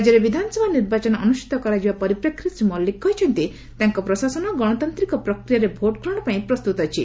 ରାଜ୍ୟରେ ବିଧାନସଭା ନିର୍ବାଚନ ଅନୁଷ୍ଠିତ କରାଯିବା ପରିପ୍ରେକ୍ଷୀରେ ଶ୍ରୀ ମଲ୍ଲିକ କହିଛନ୍ତି ତାଙ୍କ ପ୍ରଶାସନ ଗଣତାନ୍ତିକ ପ୍ରକ୍ରିୟାରେ ଭୋଟ ଗ୍ରହଣ ପାଇଁ ପ୍ରସ୍ତୁତ ଅଛି